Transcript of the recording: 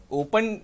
open